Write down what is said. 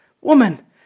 Woman